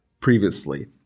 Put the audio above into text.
previously